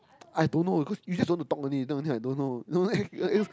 I don't know cause you just don't want to talk only don't think I don't know no then